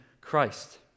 Christ